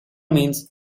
means